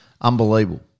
Unbelievable